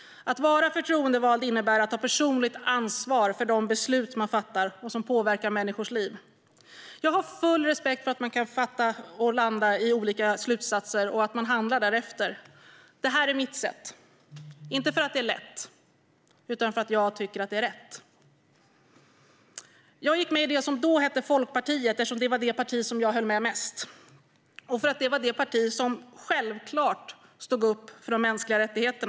Att vara förtroendevald innebär att ta personligt ansvar för de beslut man fattar och som påverkar människors liv. Jag har full respekt för att man kan landa i olika slutsatser och handla därefter. Det här är mitt sätt - inte för att det är lätt, utan för att jag tycker att det är rätt. Jag gick med i det som då hette Folkpartiet eftersom det var det parti jag höll med mest och för att det var det parti som självklart stod upp för mänskliga rättigheter.